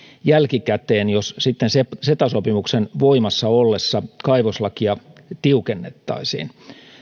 jälkikäteen jos ceta sopimuksen voimassa ollessa kaivoslakia tiukennettaisiin